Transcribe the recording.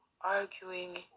arguing